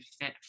fit